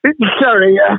Sorry